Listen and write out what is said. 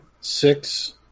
six